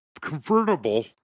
convertible